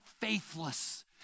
faithless